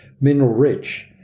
Mineral-rich